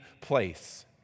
place